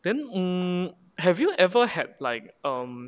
then mm have you ever had like um